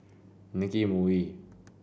Nicky M O E